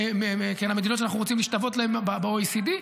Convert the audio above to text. המדינות שאנחנו רוצים להשתוות להן ב-OECD,